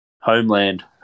Homeland